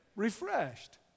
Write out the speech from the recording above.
refreshed